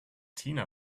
tina